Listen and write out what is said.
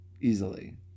easily